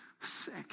sick